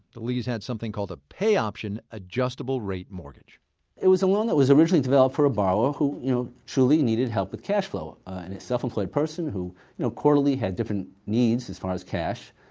the lees had a something called a pay-option adjustable rate mortgage it was a loan that was originally developed for a borrower, who you know truly needed help with cash flow. and a self-employed person who you know quarterly had different needs as far as cash.